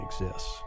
exists